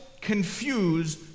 confuse